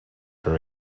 her